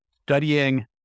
Studying